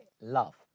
love